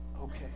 Okay